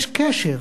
יש קשר,